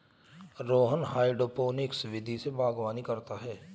Rohan hydroponics विधि से बागवानी करता है